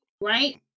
right